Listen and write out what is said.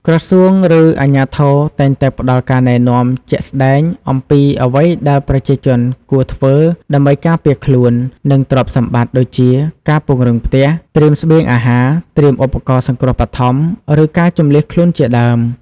ក្រសួង ឬអាជ្ញាធរតែងតែផ្តល់ការណែនាំជាក់ស្តែងអំពីអ្វីដែលប្រជាជនគួរធ្វើ ដើម្បីការពារខ្លួន និងទ្រព្យសម្បត្តិ ដូចជា ការពង្រឹងផ្ទះ ត្រៀមស្បៀងអាហារ ត្រៀមឧបករណ៍សង្គ្រោះបឋម ឬការជម្លៀសខ្លួនជាដើម។